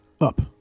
up